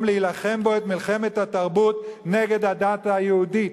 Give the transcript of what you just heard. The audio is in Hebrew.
להילחם בו את מלחמת התרבות נגד הדת היהודית.